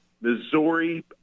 Missouri